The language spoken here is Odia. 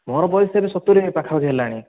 ମୋର ବୟସ ଏବେ ସତୁରି ପାଖାପାଖି ହେଲାଣି